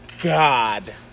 god